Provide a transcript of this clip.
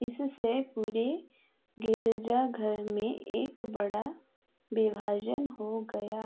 इससे पूरे गिरजाघर में एक बड़ा विभाजन हो गया